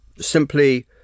simply